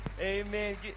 Amen